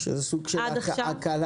זה סוג של הקלה.